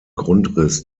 grundriss